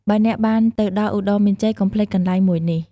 បើអ្នកបានទៅដល់ឧត្តរមានជ័យ កំុភ្លេចកន្លែងមួយនេះ។